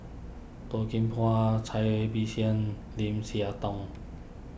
Toh Kim Hwa Cai Bixia Lim Siah Tong